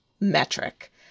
metric